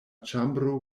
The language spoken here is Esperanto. ĉambro